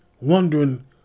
wondering